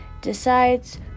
decides